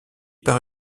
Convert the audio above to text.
par